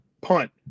punt